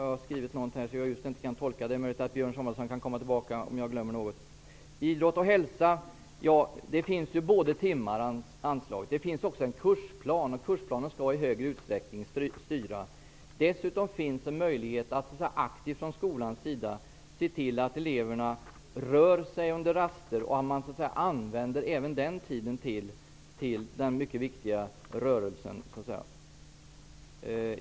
Jag kan inte riktigt tolka vad jag har skrivit på papperet. Det är möjligt att Björn Samuelson kan komma tillbaka om jag har glömt något. Det finns timanslag för idrott och hälsa. Det finns också en kursplan, och kursplanen skall i större utsträckning styra. Dessutom finns möjlighet att skolan aktivt ser till att eleverna rör sig under raster och även använder den tiden till den mycket viktiga rörelsen.